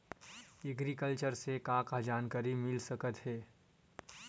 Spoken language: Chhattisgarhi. एग्रीकल्चर से का का जानकारी मिल सकत हे?